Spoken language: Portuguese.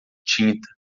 tinta